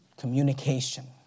communication